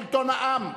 הם לא יודעים להתנהג.